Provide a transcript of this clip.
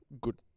Good